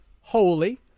holy